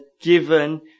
given